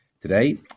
Today